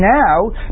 now